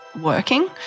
working